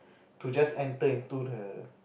to just enter into the